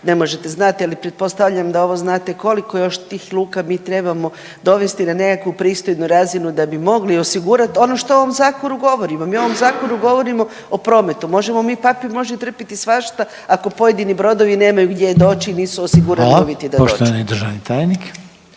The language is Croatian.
ne možete znat, ali pretpostavljam da ovo znate, koliko još tih luka mi trebamo dovesti na nekakvu pristojnu razinu da bi mogli osigurat ono što u ovom zakonu govorimo. Mi u ovom zakonu govorimo o prometu, možemo mi, papir može trpiti svašta ako pojedini brodovi nemaju gdje doći i nisu osigurani uvjeti da dođu. **Reiner, Željko